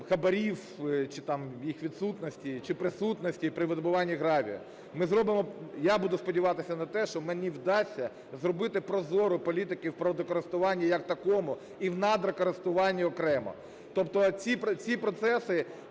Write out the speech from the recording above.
хабарів чи їх відсутності, чи присутності при видобуванні гравію. Ми зробимо… Я буду сподіватися на те, що мені вдасться зробити прозору політику в природокористуванні як такому і в надрокористуванні окремо. Тобто ці процеси,